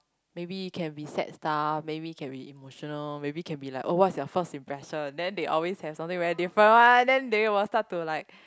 maybe you can be sad stuff maybe can be emotional maybe can be like oh what's your first impression then they always have something very different one then they will start to like